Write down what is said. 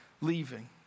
leaving